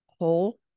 whole